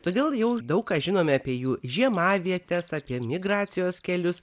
todėl jau daug ką žinome apie jų žiemavietes apie migracijos kelius